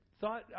thought